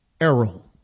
Errol